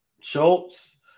Schultz